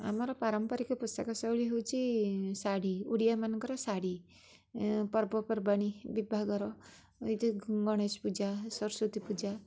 ଆମର ପାରମ୍ପରିକ ପୋଷାକ ଶୈଳୀ ହେଉଚି ଶାଢ଼ୀ ଓଡ଼ିଆମାନଙ୍କର ଶାଢ଼ୀ ପର୍ବପର୍ବାଣି ବିବାହଘର ଗଣେଶପୂଜା ସରସ୍ୱତୀପୂଜା